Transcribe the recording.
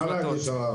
על מה להגיש ערר?